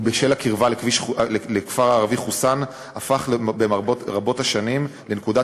ובשל הקרבה לכפר הערבי חוסאן הפך ברבות השנים לנקודת